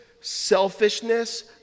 selfishness